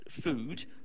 food